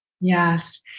Yes